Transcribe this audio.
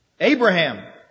Abraham